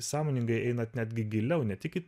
sąmoningai einat netgi giliau ne tik į